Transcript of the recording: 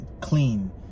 clean